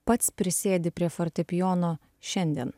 pats prisėdi prie fortepijono šiandien